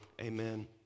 amen